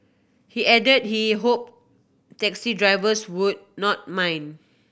he added he hoped taxi drivers would not mind